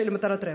למטרת רווח?